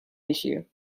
issue